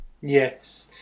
Yes